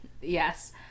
Yes